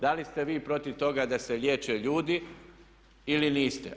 Da li ste vi protiv toga da se liječe ljudi ili niste?